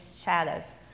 shadows